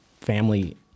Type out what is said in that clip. family